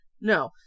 No